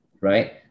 right